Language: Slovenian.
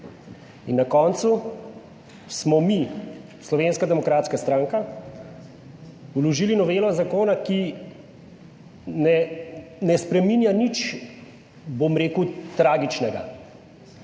in na koncu smo mi Slovenska demokratska stranka vložili novelo zakona, ki ne spreminja nič, bom rekel, tragičnega.